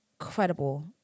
incredible